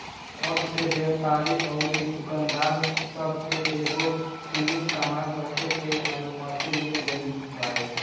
अब से व्यापारी अउरी दुकानदार सब के एगो सीमित सामान रखे के अनुमति मिल गईल बावे